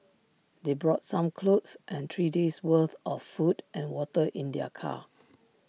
they brought some clothes and three days' worth of food and water in their car